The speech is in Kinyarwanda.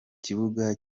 kibuga